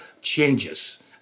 changes